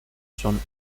son